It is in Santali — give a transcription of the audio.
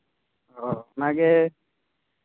ᱦᱚᱸ ᱚᱱᱟᱜᱮ